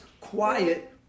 quiet